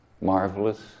marvelous